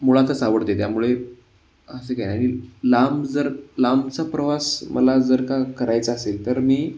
मुळातच आवडते त्यामुळे असं काही नाही आणि लांब जर लांबचा प्रवास मला जर का करायचा असेल तर मी